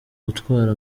gutwara